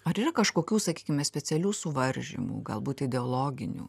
ar yra kažkokių sakykime specialių suvaržymų galbūt ideologinių